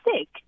sick